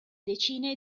decine